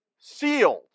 sealed